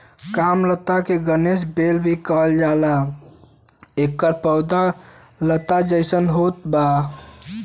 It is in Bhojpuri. कामलता के गणेश बेल भी कहल जाला एकर पौधा लता जइसन होत बा